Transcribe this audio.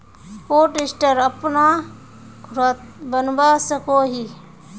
Cold store अपना घोरोत बनवा सकोहो ही?